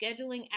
scheduling